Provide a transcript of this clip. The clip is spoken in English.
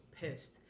pissed